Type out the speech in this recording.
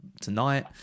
tonight